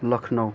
Lucknow